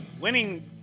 winning